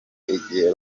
ighe